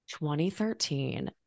2013